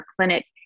clinic